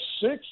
six